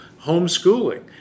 homeschooling